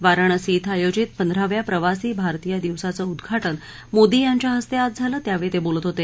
वाराणसी इथं आयोजित पंधराव्या प्रवासी भारतीय दिवसाचं उद्घाटन मोदी यांच्या हस्ते आज झालं त्यावेळी ते बोलत होते